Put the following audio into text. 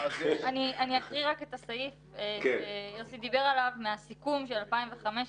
אני אקריא רק את הסעיף שיוסי דיבר עליו מהסיכום של 2015,